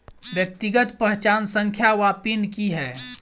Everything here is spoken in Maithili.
व्यक्तिगत पहचान संख्या वा पिन की है?